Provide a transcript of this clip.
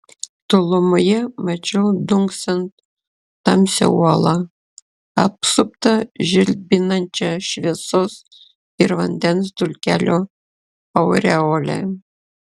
tolumoje mačiau dunksant tamsią uolą apsuptą žilpinančia šviesos ir vandens dulkelių aureole